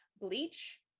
bleach